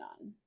on